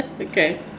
Okay